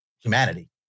humanity